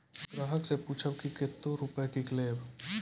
ग्राहक से पूछब की कतो रुपिया किकलेब?